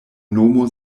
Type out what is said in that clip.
nomo